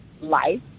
life